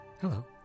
Hello